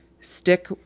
stick